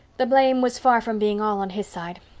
the blame was far from being all on his side.